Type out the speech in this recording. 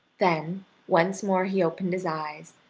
then once more he opened his eyes,